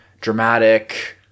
dramatic